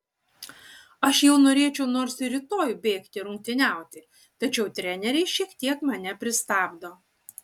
aš jau norėčiau nors ir rytoj bėgti rungtyniauti tačiau treneriai šiek tiek mane pristabdo